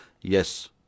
Yes